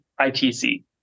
ITC